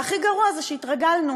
והכי גרוע, שהתרגלנו.